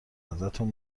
ازتون